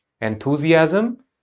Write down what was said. Enthusiasm